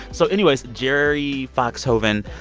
so, anyways, jerry foxhoven,